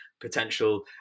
potential